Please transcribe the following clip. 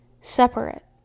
separate